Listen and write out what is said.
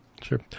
sure